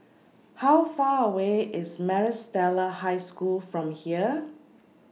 How Far away IS Maris Stella High School from here